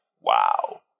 Wow